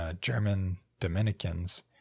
German-Dominicans